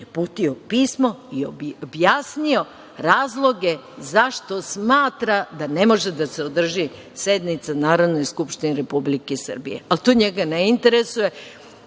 uputio pismo i objasnio razloge zašto smatra da ne može da se održi sednica Narodne skupštine Republike Srbije, ali to njega ne interesuje.